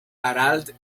harald